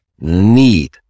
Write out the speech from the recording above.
need